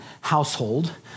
household